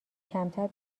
کمتر